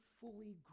fully